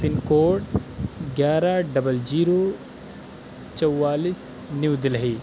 پن code گیارہ double zero چوالیس نیو دہلی